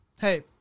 hey